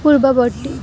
পূৰ্বৱৰ্তী